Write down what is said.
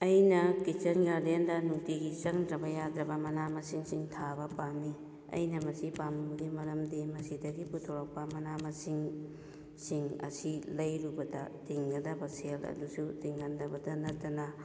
ꯑꯩꯅ ꯀꯤꯠꯆꯦꯟ ꯒꯥꯔꯗꯦꯟꯗ ꯅꯨꯡꯇꯤꯒꯤ ꯆꯪꯗ꯭ꯔꯕ ꯌꯥꯗ꯭ꯔꯕ ꯃꯅꯥ ꯃꯁꯤꯡꯁꯤꯡ ꯊꯥꯕ ꯄꯥꯝꯃꯤ ꯑꯩꯅ ꯃꯁꯤ ꯄꯥꯝꯕꯒꯤ ꯃꯔꯝꯗꯤ ꯃꯁꯤꯗꯒꯤ ꯄꯨꯊꯣꯔꯛꯄ ꯃꯅꯥ ꯃꯁꯤꯡꯁꯤꯡ ꯑꯁꯤ ꯂꯩꯔꯨꯕꯗ ꯇꯤꯡꯒꯗꯕ ꯁꯦꯜ ꯑꯗꯨꯁꯨ ꯇꯤꯡꯍꯟꯗꯕꯇ ꯅꯠꯇꯅ